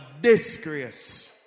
disgrace